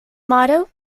motto